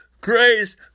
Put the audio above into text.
grace